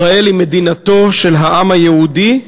ישראל היא מדינתו של העם היהודי,